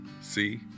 See